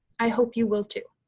i hope you will, too.